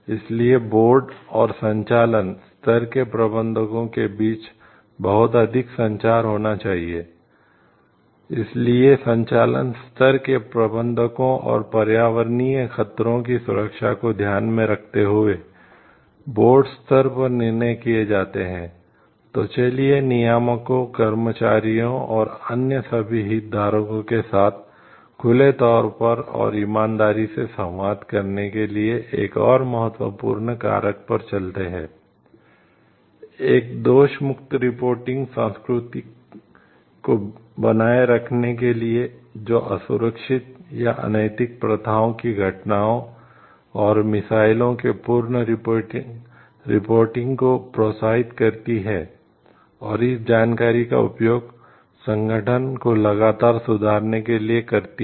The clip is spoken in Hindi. इसलिए बोर्ड को प्रोत्साहित करती है और इस जानकारी का उपयोग संगठन को लगातार सुधारने के लिए करती है